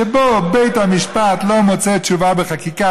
שבו בית המשפט לא מוצא תשובה בחקיקה,